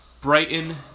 Brighton